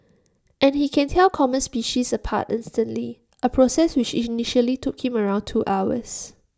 and he can tell common species apart instantly A process which initially took him around two hours